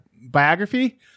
biography